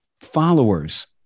followers